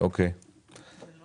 מה